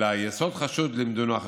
אלא יסוד חשוב לימדונו החשמונאים,